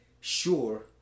sure